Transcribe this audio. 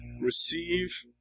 receive